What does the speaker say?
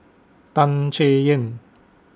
Tan Chay Yan